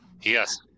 Yes